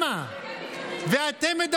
אתם לא נותנים להם שכר.